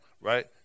right